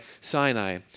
Sinai